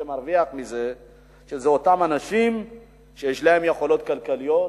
בדרך כלל מרוויחים אותם אנשים שיש להם יכולות כלכליות,